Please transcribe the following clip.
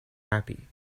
happy